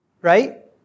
right